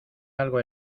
algo